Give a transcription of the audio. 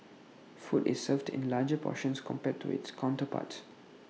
food is served in larger portions compared to its counterparts